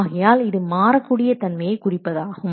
ஆகையால் இது மாறக்கூடிய தன்மையை குறிப்பதாகும்